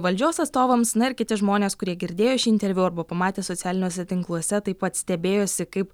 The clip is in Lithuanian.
valdžios atstovams na ir kiti žmonės kurie girdėjo šį interviu arba pamatė socialiniuose tinkluose taip pat stebėjosi kaip